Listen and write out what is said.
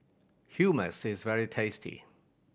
hummus is very tasty